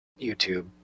YouTube